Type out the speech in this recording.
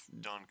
done